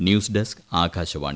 news desk Akashvani